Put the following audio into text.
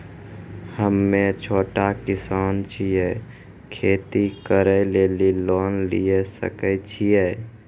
हम्मे छोटा किसान छियै, खेती करे लेली लोन लिये सकय छियै?